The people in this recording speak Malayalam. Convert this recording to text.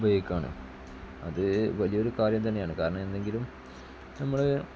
ഉപയോഗിക്കുകയാണ് അത് വലിയ ഒരു കാര്യം തന്നെയാണ് കാരണം എന്നെങ്കിലും ഞമ്മള്